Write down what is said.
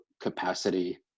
capacity